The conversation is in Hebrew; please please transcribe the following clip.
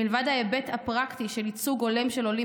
מלבד ההיבט הפרקטי של ייצוג הולם של עולים